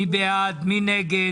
מי בעד, מי נגד?